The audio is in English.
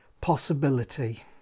possibility